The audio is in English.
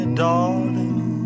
darling